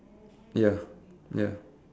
ya ya